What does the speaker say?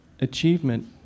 achievement